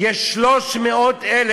יש 300,000